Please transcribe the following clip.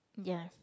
ya